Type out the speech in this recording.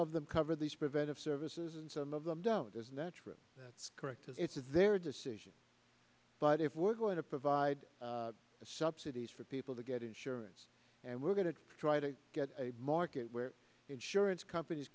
of them cover these preventive services and some of them down does naturally that's correct because it's their decision but if we're going to provide subsidies for people to get insurance and we're going to try to get a market where insurance companies